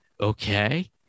Okay